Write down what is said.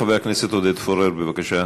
חבר הכנסת עודד פורר, בבקשה.